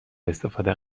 استفاده